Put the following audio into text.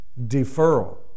Deferral